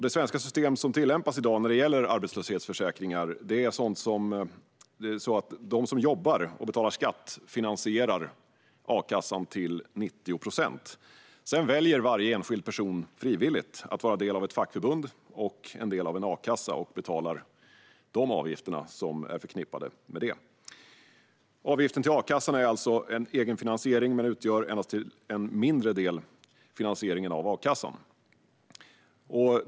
Det svenska system som tillämpas i dag när det gäller arbetslöshetsförsäkringar är sådant att de som jobbar och betalar skatt finansierar a-kassan till 90 procent. Sedan väljer varje enskild person frivilligt om man vill vara del av ett fackförbund och en a-kassa och betalar de avgifter som är förknippade med det. Avgiften till a-kassan är alltså en egen finansiering men utgör endast en mindre del i finansieringen av a-kassan.